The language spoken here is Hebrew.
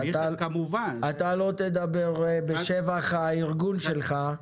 אתה לא תדבר בשבח הארגון שלך,